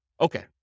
Okay